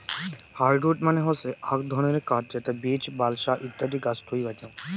hardwood মানে হসে আক ধরণের কাঠ যেটা বীচ, বালসা ইত্যাদি গাছ থুই পাইচুঙ